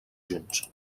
junts